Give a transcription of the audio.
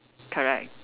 correct